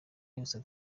yose